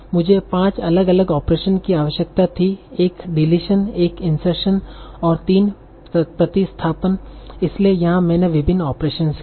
मुझे पांच अलग अलग ऑपरेशन की आवश्यकता थी एक डिलीशन एक इंसर्शन और तीन प्रतिस्थापन इसलिए यहां मैंने विभिन्न ओपरेसंस किए